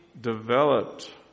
developed